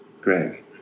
Greg